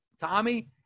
Tommy